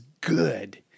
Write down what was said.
good